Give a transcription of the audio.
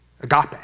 Agape